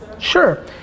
Sure